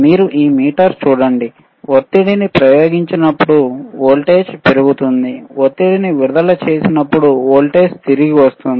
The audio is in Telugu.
మీరు ఈ మీటర్ చూడండి ఒత్తిడి ప్రయోగించినప్పుడు వోల్టేజ్ పెరుగుతుంది ఒత్తిడిని విడుదల చేసినప్పుడు వోల్టేజ్ తిరిగి వస్తుంది